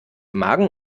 magen